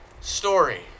story